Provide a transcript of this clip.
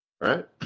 Right